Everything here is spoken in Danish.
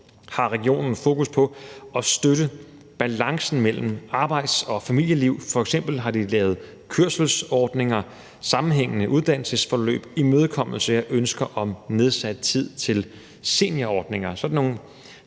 har regionen fokus på at støtte balancen mellem arbejds- og familieliv. De har f.eks. lavet kørselsordninger, sammenhængende uddannelsesforløb og imødekommelse af ønsker om nedsat tid i seniorordninger. Det kan lyde